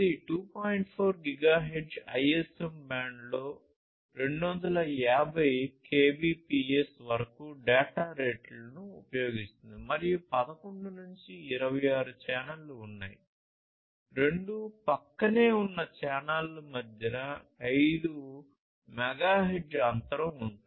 4 gigahertz ISM బ్యాండ్లో 250 kbps వరకు data రేట్లను ఉపయోగిస్తుంది మరియు 11 నుండి 26 ఛానెల్లు ఉన్నాయి రెండు ప్రక్కనే ఉన్న ఛానెల్ల మధ్య 5 మెగాహెర్ట్జ్ అంతరం ఉంటుంది